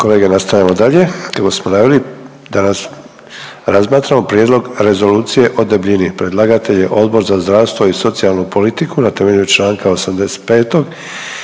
kolege nastavljamo dalje kako smo naveli danas razmatramo: - Prijedlog Rezolucije o debljini Predlagatelj je Odbor za zdravstvo i socijalnu politiku na temelju čl. 85.